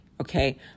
okay